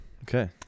Okay